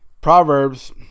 Proverbs